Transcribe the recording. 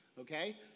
Okay